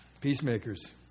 Peacemakers